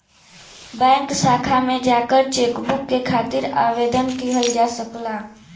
bank शाखा में जाकर चेकबुक के खातिर आवेदन किहल जा सकला